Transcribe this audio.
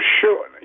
sure